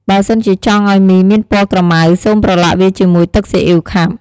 បើសិនជាចង់ឱ្យមីមានពណ៌ក្រមៅ សូមប្រលាក់វាជាមួយទឹកស៊ីអ៉ីវខាប់។